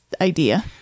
idea